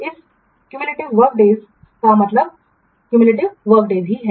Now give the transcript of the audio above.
इस संचयी कार्य दिनों का मतलब संचयी कार्य दिवस है